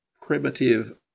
primitive